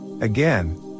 Again